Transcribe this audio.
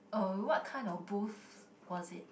uh what kind of booth was it